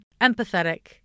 empathetic